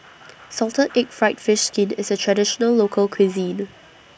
Salted Egg Fried Fish Skin IS A Traditional Local Cuisine